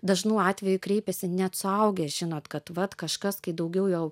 dažnu atveju kreipiasi net suaugę žinot kad vat kažkas kai daugiau jau